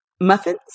muffins